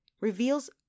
reveals